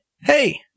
hey